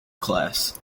class